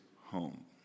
home